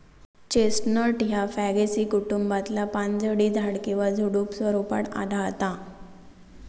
chestnut ह्या Fagaceae कुटुंबातला पानझडी झाड किंवा झुडुप स्वरूपात आढळता